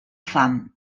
fam